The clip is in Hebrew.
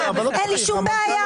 אין שום בעיה.